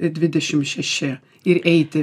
dvidešimt šeši ir eiti